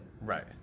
Right